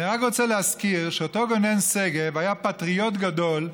אני רק רוצה להזכיר שאותו גונן שגב היה פטריוט גדול,